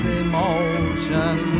emotion